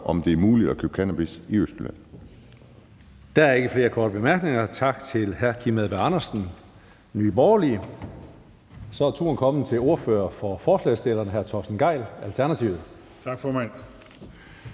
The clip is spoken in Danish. Tredje næstformand (Karsten Hønge): Der er ikke flere korte bemærkninger. Tak til hr. Kim Edberg Andersen, Nye Borgerlige. Så er turen kommet til ordføreren for forslagsstillerne, hr. Torsten Gejl, Alternativet. Kl.